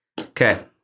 Okay